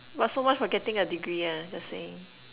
but so much for getting a degree lah just saying